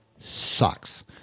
sucks